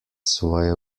svoje